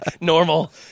normal